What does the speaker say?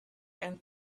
and